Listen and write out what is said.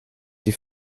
die